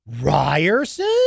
Ryerson